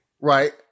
right